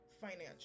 financial